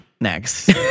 next